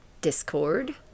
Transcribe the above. Discord